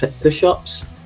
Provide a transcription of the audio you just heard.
push-ups